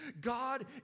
God